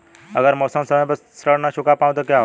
अगर म ैं समय पर ऋण न चुका पाउँ तो क्या होगा?